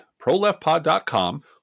proleftpod.com